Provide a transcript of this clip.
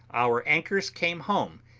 our anchors came home,